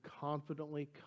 confidently